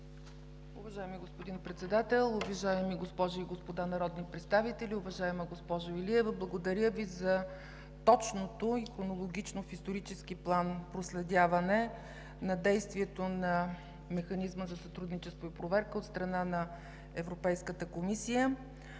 Уважаеми господин Председател, уважаеми госпожи и господа народни представители! Уважаема госпожо Илиева, благодаря Ви за точното и хронологично в исторически план проследяване на действието на Механизма за сътрудничество и проверка от страна на Европейската комисия.